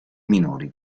minori